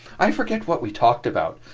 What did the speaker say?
i forget what we talked about,